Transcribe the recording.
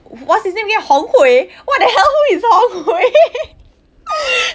what's his name hong hui what the hell who is hong hui